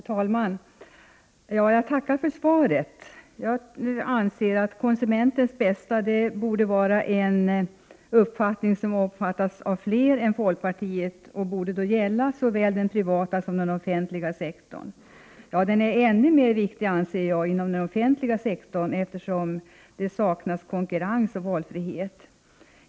Herr talman! Jag tackar för svaret. Konsumentens bästa borde vara ett mål som omfattas av fler än folkpartiet och borde gälla såväl den privata som den offentliga sektorn. Ja, konsumentens bästa är ännu mer viktig inom den offentliga sektorn, eftersom det saknas konkurrens och valfrihet där.